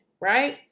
Right